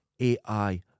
AI